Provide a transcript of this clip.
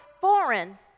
foreign